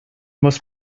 muss